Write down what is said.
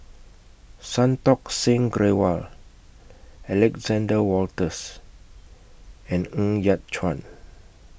Santokh Singh Grewal Alexander Wolters and Ng Yat Chuan